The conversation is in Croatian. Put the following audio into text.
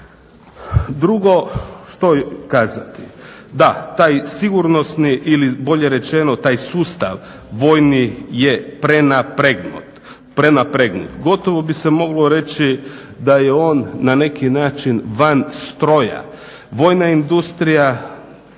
Drugo što kazati. Da, taj sigurnosni ili bolje rečeno taj sustav vojni je prenapregnut. Gotovo bi se moglo reći da je on na neki način van stroja. Vojna industrija,